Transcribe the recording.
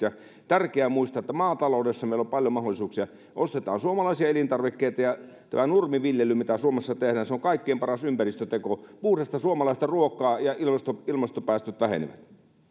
on tärkeää muistaa että maataloudessa meillä on paljon mahdollisuuksia ostetaan suomalaisia elintarvikkeita ja tämä nurmiviljely mitä suomessa tehdään se on kaikkein paras ympäristöteko puhdasta suomalaista ruokaa ja ilmastopäästöt vähenevät